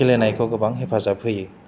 गेलेनायखौ गोबां हेफाजाब होयो